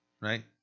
right